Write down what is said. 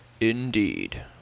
Indeed